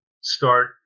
start